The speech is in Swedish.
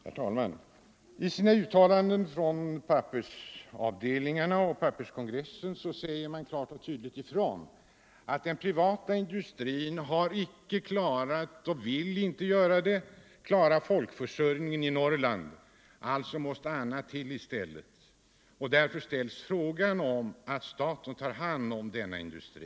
Herr talman! I uttalandena från Pappers” avdelningar och Pappers” kongress sägs det klart och tydligt ifrån att den privata industrin icke har klarat — och inte vill klara — folkförsörjningen inom Norrland och att alltså annat måste till i stället. Därför ställs frågan om att samhället tar hand om denna industri.